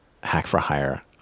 hack-for-hire